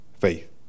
Faith